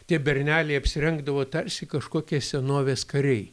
tie berneliai apsirengdavo tarsi kažkokie senovės kariai